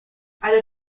ale